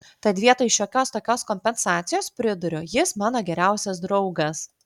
tad vietoj šiokios tokios kompensacijos priduriu jis mano geriausias draugas